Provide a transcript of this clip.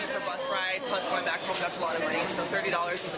bus rides plus one back home, that's a lot of money, so thirty dollar